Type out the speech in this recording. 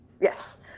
yes